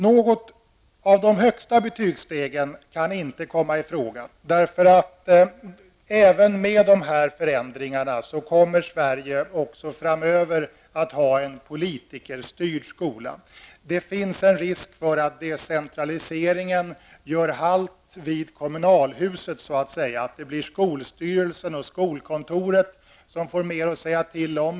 Något av de högsta betygstegen kan dock inte komma i fråga. Även med dessa förändringar kommer Sverige också framöver att ha en politikerstyrd skola. Det finns en risk för att decentraliseringen så att säga gör halt vid kommunalhuset och att det blir skolstyrelsen och skolkontoret som får mera att säga till om.